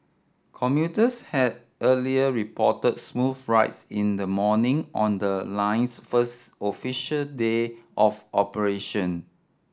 commuters had earlier reported smooth rides in the morning on the line's first official day of operation